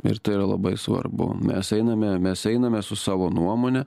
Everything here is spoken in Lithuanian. ir tai yra labai svarbu mes einame mes einame su savo nuomone